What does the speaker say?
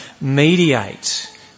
mediate